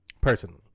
Personally